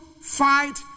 fight